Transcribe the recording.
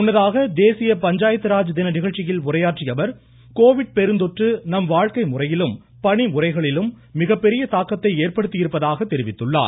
முன்னதாக தேசிய பஞ்சாயத்து ராஜ் தின நிகழ்ச்சியில் உரையாற்றிய அவர் கோவிட் பெருந்தொற்று நம் வாழ்க்கை முறையிலும் பணி முறைகளிலும் மிகப்பெரிய தாக்கத்தை ஏற்படுத்தியிருப்பதாக தெரிவித்துள்ளார்